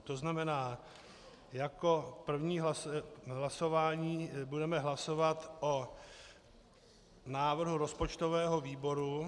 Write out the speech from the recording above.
To znamená, jako první hlasování budeme hlasovat o návrhu rozpočtového výboru.